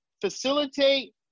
facilitate